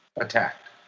attacked